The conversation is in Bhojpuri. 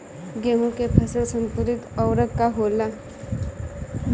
गेहूं के फसल संतुलित उर्वरक का होला?